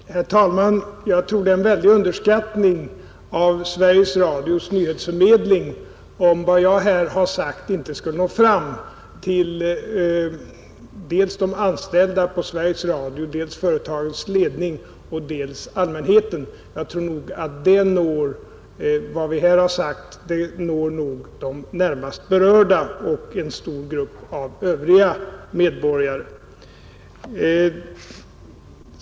Herr talman! Jag tror det är en väldig underskattning av Sveriges Radios nyhetsförmedling att vad jag här har sagt inte skulle nå fram till dels de anställda på Sveriges Radio, dels företagets ledning, dels allmänheten. Vad vi här har sagt når nog de närmast berörda och en stor grupp av övriga medborgare.